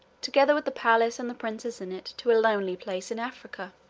together with the palace and the princess in it, to a lonely place in africa.